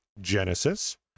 Genesis